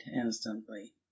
instantly